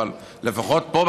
לפחות פה,